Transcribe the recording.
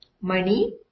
money